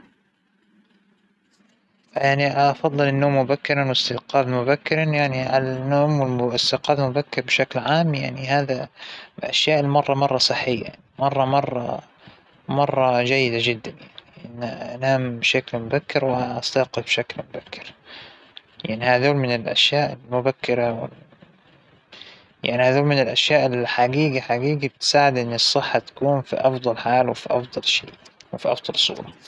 طبعا افضل شى أنه ننام بكير منشان نصحى بكير، لكن أنا من عشاق السهر لما هو مادرى، لكن بحب أسهر كثير، ما بيستهوينى إنى أنام من أول الليل، بحس أن الليل فى قصص كتيرة تبى تنقرا، فى أشياء أبى أساويها، وطبعا بس الصح، لكن الصحيح إنه ننام بكير ونصحى بكير.